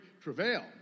travail